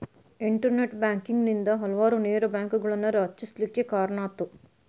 internet banking ನಿಂದಾ ಹಲವಾರು ನೇರ ಬ್ಯಾಂಕ್ಗಳನ್ನ ರಚಿಸ್ಲಿಕ್ಕೆ ಕಾರಣಾತು